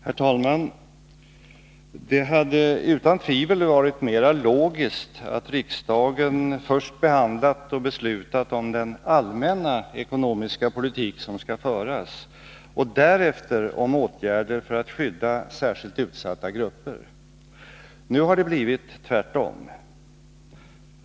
Herr talman! Det hade utan tvivel varit mera logiskt att riksdagen först behandlat och beslutat om den allmänna ekonomiska politik som skall föras — beslutet om och därefter om åtgärder för att skydda särskilt utsatta grupper. Nu har det — karensdagar, blivit tvärtom.